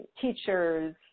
teachers